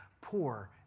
poor